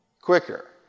quicker